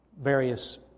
various